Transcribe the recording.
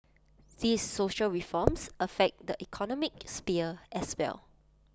these social reforms affect the economic sphere as well